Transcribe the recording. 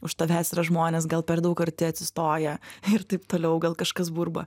už tavęs yra žmonės gal per daug arti atsistoja ir taip toliau gal kažkas burba